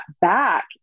back